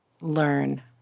learn